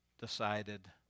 decided